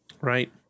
Right